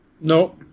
No